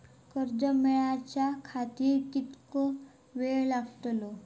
कर्ज मेलाच्या खातिर कीतको वेळ लागतलो?